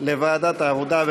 לוועדת העבודה,